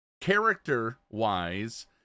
character-wise